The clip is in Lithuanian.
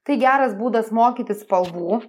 tai geras būdas mokyti spalvų